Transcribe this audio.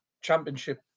championship